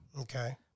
Okay